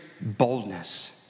boldness